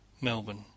Melbourne